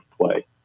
play